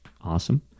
Awesome